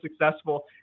successful